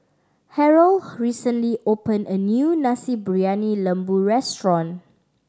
Harold recently opened a new Nasi Briyani Lembu restaurant